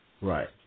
Right